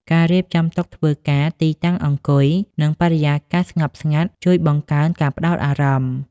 ការរៀបចំតុធ្វើការ ទីតាំងអង្គុយ និងបរិយាកាសស្ងប់ស្ងាត់ ជួយបង្កើនការផ្តោតអារម្មណ៍។